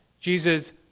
Jesus